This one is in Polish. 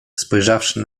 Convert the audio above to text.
spojrzawszy